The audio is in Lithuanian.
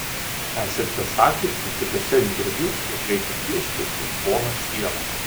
esate sakiusi kituose interviu jog reikia piešti uzbono sielą